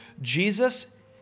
Jesus